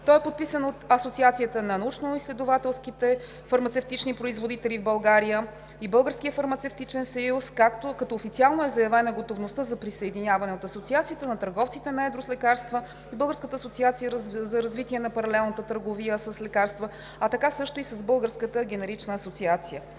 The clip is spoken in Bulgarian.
Той е подписан от Асоциацията на научноизследователските фармацевтични производители в България и Българския фармацевтичен съюз, като официално е заявена готовността за присъединяване от Българската асоциация на търговците на едро с лекарства, Българската асоциация за развитие на паралелната търговия с лекарства, а така също и Българската генерична фармацевтична